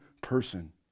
person